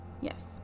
Yes